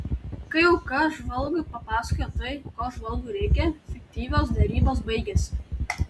kai auka žvalgui papasakoja tai ko žvalgui reikia fiktyvios derybos baigiasi